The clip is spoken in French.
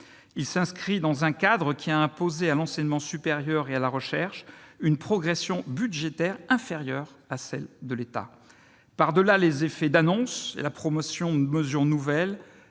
il s'inscrit dans un cadre qui a imposé à l'enseignement supérieur et à la recherche une progression budgétaire inférieure à la moyenne des crédits de l'État. Au-delà des effets d'annonce et de la promotion de mesures nouvelles,